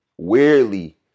Weirdly